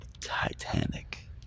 Titanic